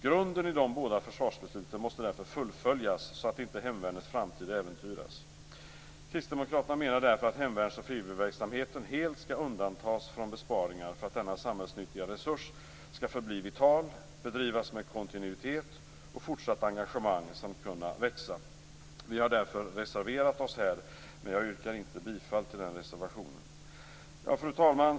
Grunden i de båda försvarsbesluten måste därför fullföljas så att inte Hemvärnets framtid äventyras. Kristdemokraterna menar därför att hemvärns och frivilligverksamheten helt skall undantas från besparingar för att denna samhällsnyttiga resurs skall förbli vital, bedrivas med kontinuitet och fortsatt engagemang samt kunna växa. Vi har därför reserverat oss här, men jag yrkar inte bifall till den reservationen. Fru talman!